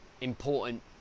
important